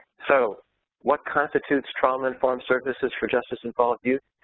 so what constitutes trauma-informed services for justice-involved youth?